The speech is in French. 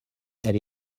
elle